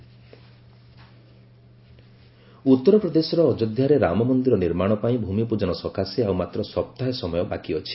PM ଭୂମିପୂଜନ ଉତ୍ତରପ୍ରଦେଶର ଅଯୋଧ୍ୟାରେ ରାମ ମନ୍ଦିର ନିର୍ମାଣ ପାଇଁ ଭ୍ତମିପ୍ଟଜନ ସକାଶେ ଆଉ ମାତ୍ର ସପ୍ତାହେ ସମୟ ବାକି ଅଛି